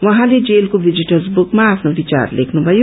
उझँले जेलको भिजीटर्स बुकमा आफ्नो विचार लेख्नु पर्यो